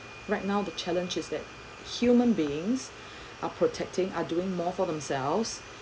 right now the challenge is that human beings are protecting are doing more for themselves